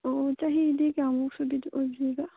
ꯑꯣ ꯆꯍꯤꯗꯤ ꯀꯌꯥꯃꯨꯛ ꯑꯣꯏꯕꯤꯔꯕ